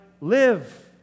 live